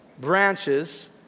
branches